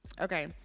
Okay